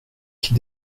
qui